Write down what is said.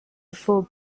for